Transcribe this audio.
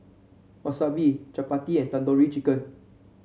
Wasabi Chapati and Tandoori Chicken